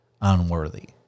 unworthy